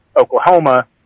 Oklahoma